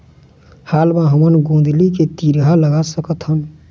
हाल मा हमन गोंदली के थरहा लगा सकतहन?